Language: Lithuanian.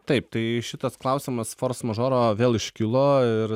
taip tai šitas klausimas fors mažoro vėl iškilo ir